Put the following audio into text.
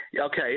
Okay